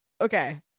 okay